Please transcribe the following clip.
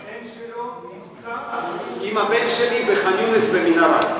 שהבן שלו נפצע עם הבן שלי בח'אן-יונס במנהרה.